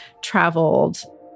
traveled